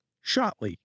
shortly